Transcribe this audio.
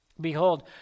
Behold